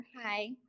Hi